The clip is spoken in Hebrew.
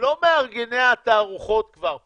התערוכות האלה, גברתי, אינן מיועדות לציבור הרחב.